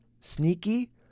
Sneaky